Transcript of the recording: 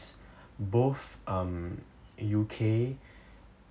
both um U_K